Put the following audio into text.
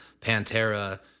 Pantera